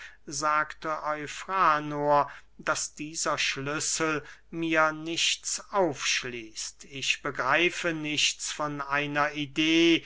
sagte eufranor daß dieser schlüssel mir nichts aufschließt ich begreife nichts von einer idee